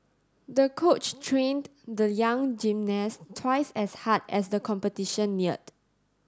the coach trained the young gymnast twice as hard as the competition neared